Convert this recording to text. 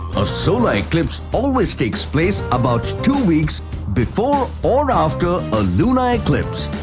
a solar eclipse always takes place about two weeks before or after a lunar eclipse!